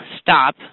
stop